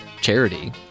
charity